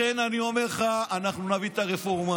לכן אני אומר לך, אנחנו נביא את הרפורמה.